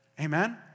Amen